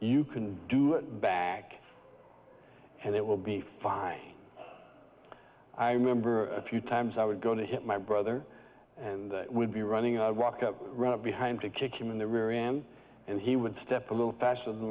you can do bag and it will be fine i remember a few times i would go to hit my brother and would be running i walk up run behind to kick him in the rear him and he would step a little faster than